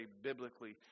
biblically